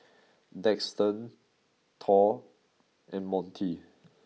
Daxton Thor and Monty